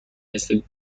مثل